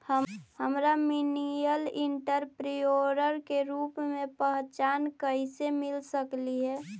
हमरा millennial entrepreneur के रूप में पहचान कइसे मिल सकलई हे?